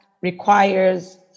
requires